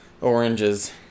Oranges